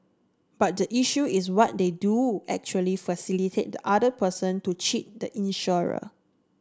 but the issue is what they do actually facilitate the other person to cheat the insurer